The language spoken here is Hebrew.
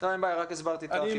אין בעיה, רק הסברתי את החיבור.